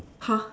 !huh!